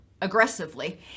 aggressively